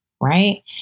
right